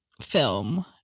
film